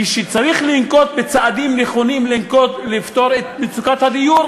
כשצריך לנקוט צעדים נכונים לפתור את מצוקת הדיור,